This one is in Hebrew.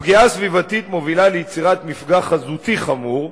הפגיעה הסביבתית מובילה ליצירת מפגע חזותי חמור,